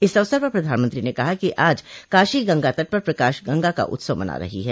इस अवसर पर प्रधानमंत्री ने कहा कि आज काशी गंगा तट पर प्रकाश गंगा का उत्सव मना रही है